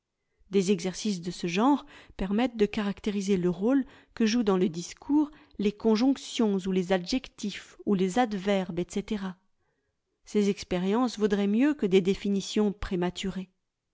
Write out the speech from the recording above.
des exercices de ce genre permettent de caractériser le rôle que jouent dans le discours les conjonctions ou les adjectifs ou les adverbes etc ces expériences vaudraient mieux que des définitions prématurées